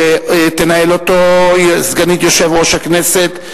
שתנהל אותו סגנית יושב-ראש הכנסת,